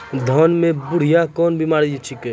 धान म है बुढ़िया कोन बिमारी छेकै?